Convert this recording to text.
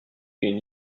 une